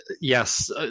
yes